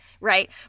right